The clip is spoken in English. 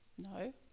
No